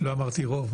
לא אמרתי רוב.